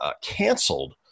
canceled